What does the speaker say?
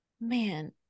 man